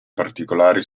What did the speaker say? particolari